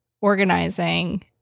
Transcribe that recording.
organizing